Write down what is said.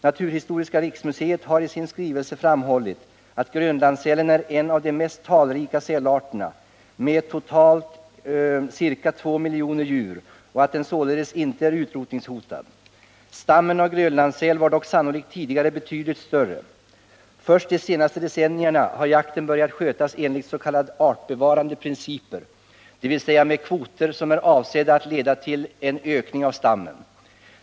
Naturhistoriska riksmuseet har i sin skrivelsé framhållit att grönlandssälen ären av de mest talrika sälarterna med totalt ca två miljoner djur och att den således inte är utrotningshotad. Stammen av grönlandssäl var dock sannolikt tidigare betydligt större. Först de senaste decennierna har jakten börjat skötas enligt s.k. artbevarande principer, dvs. med kvoter som är avsedda att leda till en ökning av stammen.